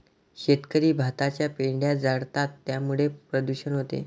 शेतकरी भाताचा पेंढा जाळतात त्यामुळे प्रदूषण होते